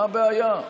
מה הבעיה?